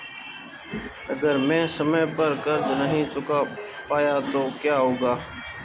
अगर मैं समय पर कर्ज़ नहीं चुका पाया तो क्या होगा?